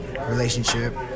relationship